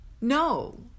no